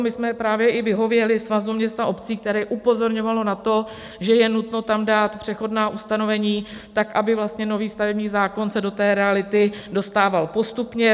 My jsme právě i vyhověli Svazu měst a obcí, který upozorňoval na to, že je nutno tam dát přechodná ustanovení tak, aby nový stavební zákon se do reality dostával postupně.